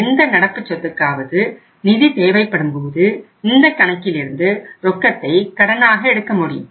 எந்த நடப்புச் சொத்துக்காவது நிதி தேவைப்படும் போது இந்த கணக்கில் இருந்து ரொக்கத்தை கடனாக எடுக்க முடியும்